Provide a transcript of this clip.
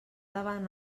davant